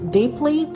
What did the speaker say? deeply